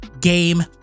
game